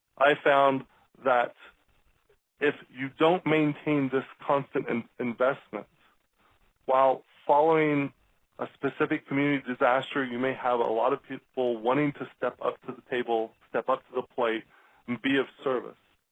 i found that if you don't maintain this constant and investment while following a specific community disaster you may have a lot of people wanting to step up to the table, step up to the plate and be of services